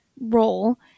role